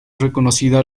reconocida